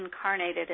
incarnated